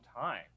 time